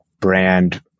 brand